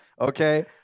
Okay